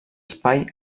espai